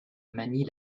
manie